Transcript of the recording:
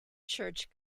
church